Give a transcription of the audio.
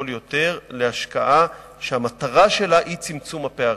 יותר להשקעה שהמטרה שלה היא צמצום הפערים.